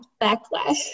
backlash